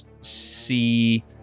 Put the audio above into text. see